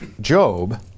Job